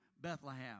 Bethlehem